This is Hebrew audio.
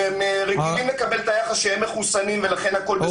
הם רגילים לקבל את היחס שהם מחוסנים ולכן הכול בסדר.